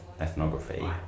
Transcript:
ethnography